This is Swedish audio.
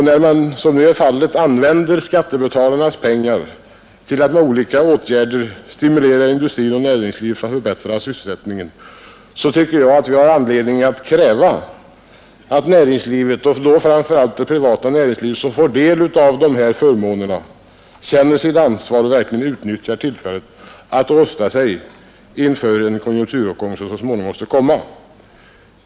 När man, som nu är fallet, använder skattebetalarnas pengar för att med olika åtgärder stimulera näringslivet och industrin i syfte att förbättra sysselsättningsläget tycker jag att vi har anledning att kräva att näringslivet och då framför allt det privata näringslivet, som får del av dessa förmåner, känner sitt ansvar och verkligen utnyttjar tillfället att rusta sig inför den konjunkturuppgång som så småningom måste komma.